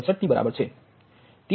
0067 ની બરાબર છે